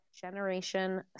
Generation